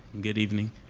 good evening.